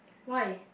why